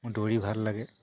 মোৰ দৌৰি ভাল লাগে